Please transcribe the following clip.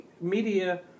media